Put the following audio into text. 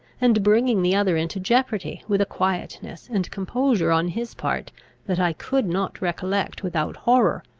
and bringing the other into jeopardy, with a quietness and composure on his part that i could not recollect without horror.